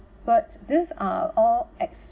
but these are all ex~